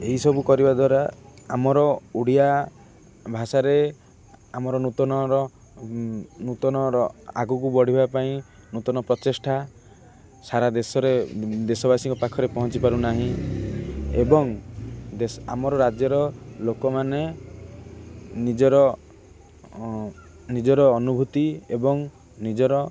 ଏହିସବୁ କରିବା ଦ୍ୱାରା ଆମର ଓଡ଼ିଆ ଭାଷାରେ ଆମର ନୂତନର ନୂତନର ଆଗକୁ ବଢ଼ିବା ପାଇଁ ନୂତନ ପ୍ରଚେଷ୍ଟା ସାରା ଦେଶରେ ଦେଶବାସୀଙ୍କ ପାଖରେ ପହଞ୍ଚି ପାରୁନାହିଁ ଏବଂ ଦେଶ ଆମର ରାଜ୍ୟର ଲୋକମାନେ ନିଜର ନିଜର ଅନୁଭୂତି ଏବଂ ନିଜର